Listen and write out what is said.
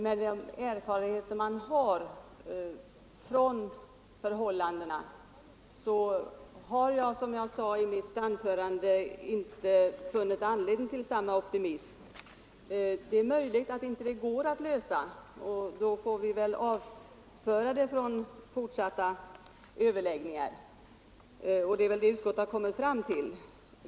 Men de erfarenheter man har av förhållandena gör, som jag sade i mitt anförande, att jag inte funnit anledning till samma optimism. Det är möjligt att frågan inte går att lösa, och då får vi kanske avföra den från fortsatta överläggningar; det är väl detta som utskottet har kommit fram till.